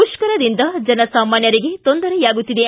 ಮುಷ್ಕರದಿಂದ ಜನಸಾಮಾನ್ಯರಿಗೆ ತೊಂದರೆಯಾಗುತ್ತಿದೆ